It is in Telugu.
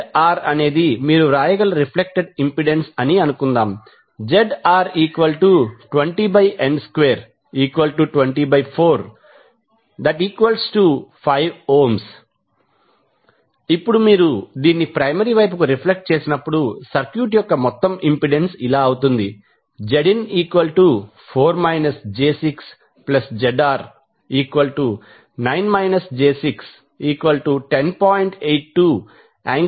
ZR అనేది మీరు వ్రాయగల రిఫ్లెక్టెడ్ ఇంపెడెన్స్ అనుకుందాం ZR20n22045 ఇప్పుడు మీరు దీన్ని ప్రైమరీ వైపుకు రిఫ్లెక్ట్ చేసినప్పుడు సర్క్యూట్ యొక్క మొత్తం ఇంపెడెన్స్ ఇలా అవుతుంది Zin4 j6ZR9 j610